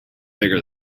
bigger